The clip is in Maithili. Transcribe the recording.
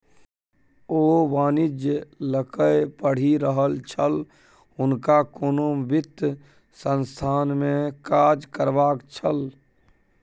ओ वाणिज्य लकए पढ़ि रहल छल हुनका कोनो वित्त संस्थानमे काज करबाक छल